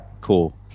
cool